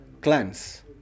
clans